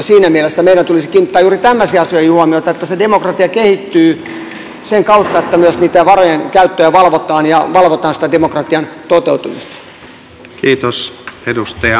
siinä mielessä meidän tulisi kiinnittää juuri tämmöisiin asioihin huomiota että se demokratia kehittyy sen kautta että myös niiden varojen käyttöä valvotaan ja valvotaan sitä demokratian toteutumista